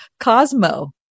Cosmo